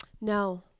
No